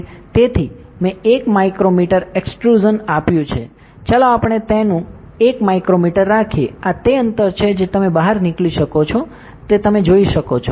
તેથી મેં 1 micrometer extrusion આપ્યું છે ચાલો આપણે તેનું 1 માઇક્રોમીટર રાખીએ આ તે અંતર છે જે તમે બહાર નીકળી શકો છો તે તમે જોઈ શકો છો